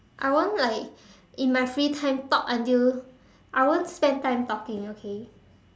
I won't like in my free time talk until I won't spend time talking okay